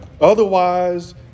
Otherwise